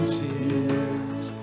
tears